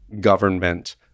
government